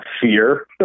fear